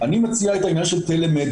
אני מציע את העניין של טלמדיסין,